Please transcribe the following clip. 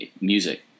music